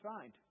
find